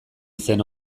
izen